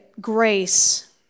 grace